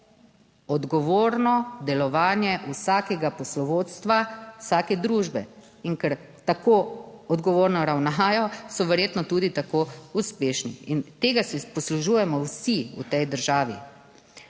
odgovorno delovanje vsakega poslovodstva, vsake družbe in ker tako odgovorno ravnajo so verjetno tudi tako uspešni in tega se poslužujemo vsi v tej državi.